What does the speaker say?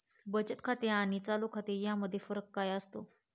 बचत खाते आणि चालू खाते यामध्ये फरक काय असतो?